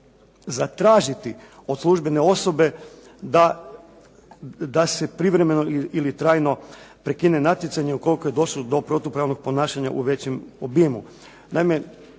zatražiti od službene osobe da se privremeno ili trajno prekine natjecanje ukoliko je došlo do protupravnog ponašanja u većem obimu.